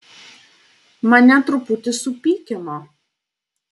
mane truputį supykino